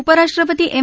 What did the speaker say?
उपराष्ट्रपती एम